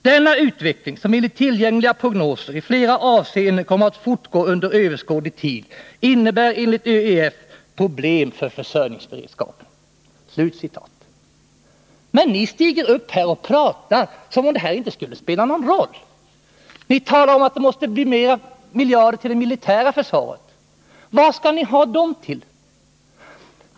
Denna utveckling, som enligt tillgängliga prognoser i flera avseenden kommer att fortgå under överskådlig tid, innebär enligt ÖEF problem för försörjningsberedskapen.” Men ni stiger upp här i talarstolen och pratar som om detta inte skulle spela någon roll. Ni talar om att det måste anslås fler miljarder till det militära försvaret. Vad skall ni ha dem till?